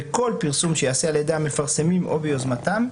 בכל פרסום שייעשה על-ידי המפרסמים או ביוזמתם,